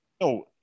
No